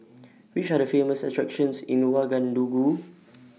Which Are The Famous attractions in Ouagadougou